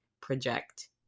project